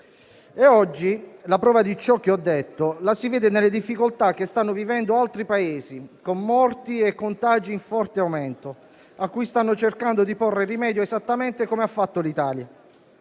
Oggi la prova di ciò che ho detto la si vede nelle difficoltà che stanno vivendo altri Paesi con morti e contagi in forte aumento, a cui stanno cercando di porre rimedio esattamente come ha fatto l'Italia,